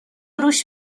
روش